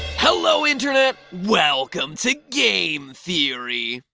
hello, internet! welcome to game theory!